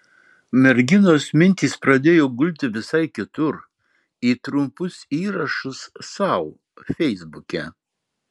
merginos mintys pradėjo gulti visai kitur į trumpus įrašus sau feisbuke